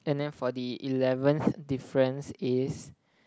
and then for the eleventh difference is